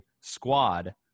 squad